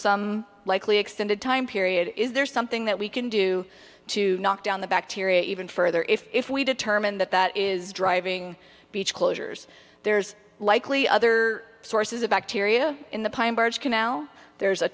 some likely extended time period is there something that we can do to knock down the bacteria even further if we determine that that is driving beach closures there's likely other sources of bacteria in the canal there's a